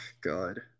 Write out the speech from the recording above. God